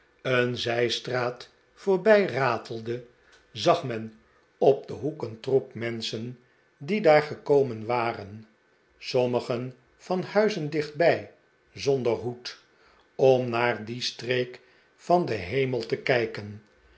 een zijstraat voorbijratelde zag men op den hoek een troep menschen die daar gekomen waren sommigen van huizen dichtbij zonder hoed om naar die streek van den hemel te kijken